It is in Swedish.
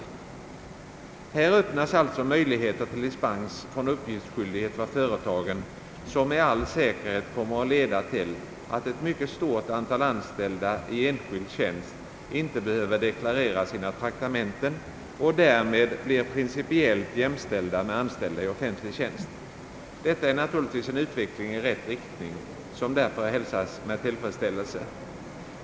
I och med detta öppnas alltså möjligheter till dispens från uppgiftsskyldighet för företagen, något som med all säkerhet kommer att leda till att ett mycket stort antal anställda i enskild tjänst inte behöver deklarera sina traktamenten och därmed principiellt blir jämställda med anställda i offentlig tjänst. Detta är naturligtvis en utveckling i rätt riktning, som därför hälsas med tillfredsställelse.